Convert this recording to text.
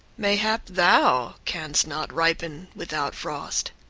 mayhap thou canst not ripen without frost!